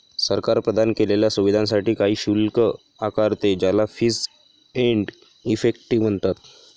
सरकार प्रदान केलेल्या सुविधांसाठी काही शुल्क आकारते, ज्याला फीस एंड इफेक्टिव म्हणतात